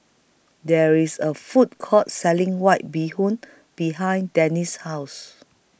There IS A Food Court Selling White Bee Hoon behind Denis' House